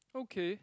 okay